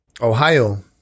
Ohio